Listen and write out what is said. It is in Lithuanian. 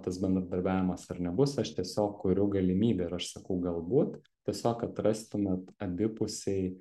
tas bendradarbiavimas ar nebus aš tiesiog kuriu galimybę ir aš sakau galbūt tiesiog atrastumėt abipusiai